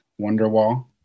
Wonderwall